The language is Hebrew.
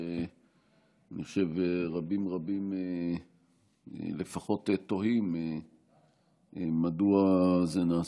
שאני חושב שרבים רבים לפחות תוהים מדוע זה נעשה.